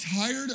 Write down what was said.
tired